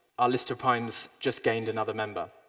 our list of primes just gained another member.